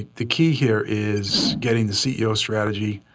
the key here is getting the ceo strategy,